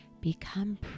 Become